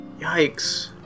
Yikes